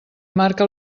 marca